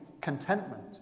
contentment